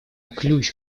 ключ